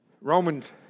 Romans